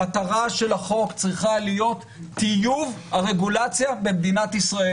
המטרה של החוק צריכה להיות טיוב הרגולציה במדינת ישראל.